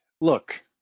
Look